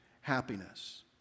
happiness